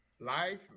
Life